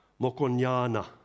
Mokonyana